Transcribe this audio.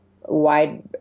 wide